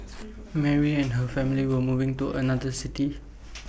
Mary and her family were moving to another city